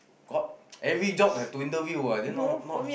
got every job have to interview then not not not